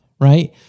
right